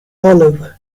olive